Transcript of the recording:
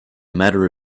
matter